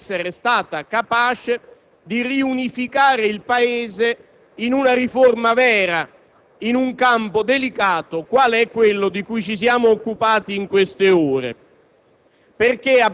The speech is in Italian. sono uno spaccato che potremmo mandare a reti unificate per raccontare al Paese la straordinaria occasione perduta,